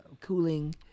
cooling